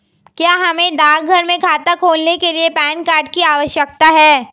क्या हमें डाकघर में खाता खोलने के लिए पैन कार्ड की आवश्यकता है?